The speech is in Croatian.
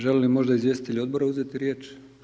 Želi li možda izvjestitelji odbora uzeti riječ?